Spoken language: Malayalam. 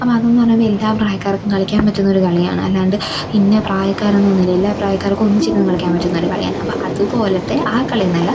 അപ്പോള് അതുന്ന് പറയുമ്പോള് എല്ലാ പ്രായക്കാർക്കും കളിക്കാന് പറ്റുന്നൊരു കളിയാണല്ലാണ്ട് ഇന്ന പ്രായക്കാരെന്നൊന്നിലെല്ലാ പ്രായക്കാർക്കൊന്നിച്ചിരുന്ന് കളിക്കാന് പറ്റുന്നൊരു കളിയാണ് അപ്പോള് അതുപോലത്തെ ആ കളി എന്നല്ല